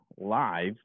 live